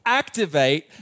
activate